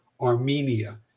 Armenia